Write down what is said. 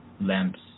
lamps